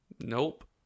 Nope